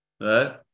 Right